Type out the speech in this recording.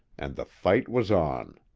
and the fight was on.